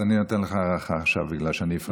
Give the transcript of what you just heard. אז אני נותן לך הארכה עכשיו, בגלל שאני הפרעתי לך.